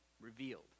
revealed